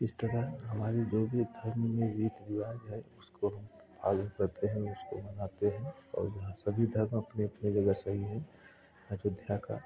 इस तरह हमारी जो भी धर्म में रीति रिवाज है उसको पालन करते हैं उसको मनाते हैं और सभी धर्म अपने अपने जगह सही हैं अयोध्या का